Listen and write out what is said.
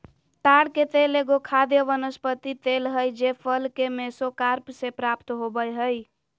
ताड़ के तेल एगो खाद्य वनस्पति तेल हइ जे फल के मेसोकार्प से प्राप्त हो बैय हइ